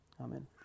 Amen